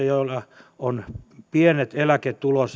joilla on pienet eläketulot